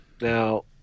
Now